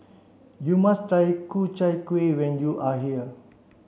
you must try Ku Chai Kuih when you are here